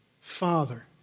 Father